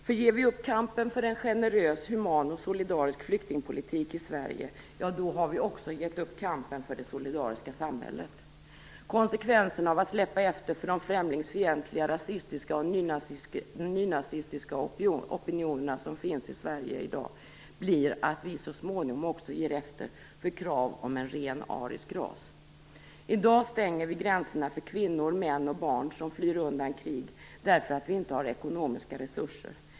För ger vi upp kampen för en generös, human och solidarisk flyktingspolitik i Sverige, då har vi också gett upp kampen för det solidariska samhället. Konsekvensen av att släppa efter för de främlingsfientliga, rasistiska och nynazistiska opinioner som finns i Sverige i dag blir att vi så småningom också ger efter för krav på en ren arisk ras. I dag stänger vi gränserna för kvinnor, män och barn som flyr undan krig därför att vi inte har ekonomiska resurser.